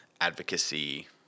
advocacy